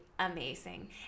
amazing